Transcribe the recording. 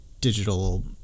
digital